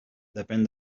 depèn